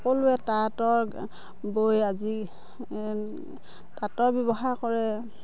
সকলোৱে তাঁতৰ বৈ আজি তাঁতৰ ব্যৱহাৰ কৰে